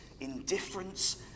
indifference